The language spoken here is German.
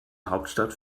hauptstadt